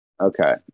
Okay